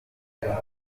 tugomba